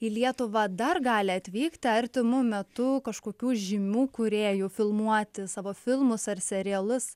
į lietuvą dar gali atvykti artimu metu kažkokių žymių kūrėjų filmuoti savo filmus ar serialus